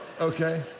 okay